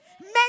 Make